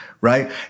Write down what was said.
right